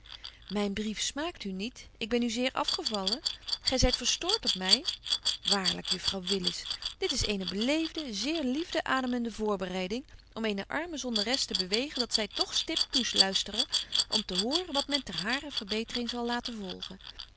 myn brief smaakt u niet ik ben u zeer afgevallen gy zyt verstoort op my waarlyk juffrouw willis dit is eene beleefde zeer liefde ademende voorbereiding om eene arme zondares te bewegen dat zy toch stipt toeluistere om te horen wat men ter harer verbetering zal laten volgen